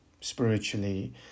spiritually